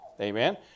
Amen